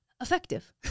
effective